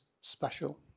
special